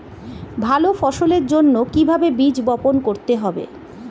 ভালো ফসলের জন্য কিভাবে বীজ বপন করতে হবে?